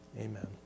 amen